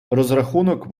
розрахунок